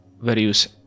various